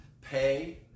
pay